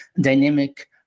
dynamic